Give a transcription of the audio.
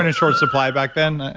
and short supply back then,